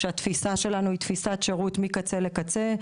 כשהתפיסה שלנו היא תפיסת שירות מקצה לקצה,